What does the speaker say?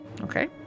Okay